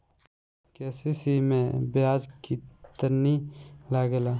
KCC मै ब्याज केतनि लागेला?